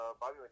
Bobby